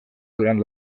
durant